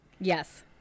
Yes